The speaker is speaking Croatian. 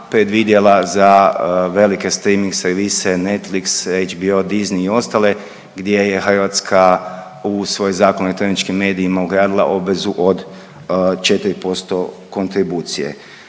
predvidjela za velike streaming servise Netflix, HBO, Disney i ostale gdje je Hrvatska u svoj Zakon o elektroničkim medijima ugradila obvezu od 4% kontribucije.